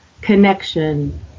connection